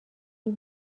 این